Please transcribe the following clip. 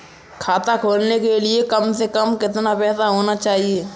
खाता खोलने के लिए कम से कम कितना पैसा होना चाहिए?